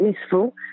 useful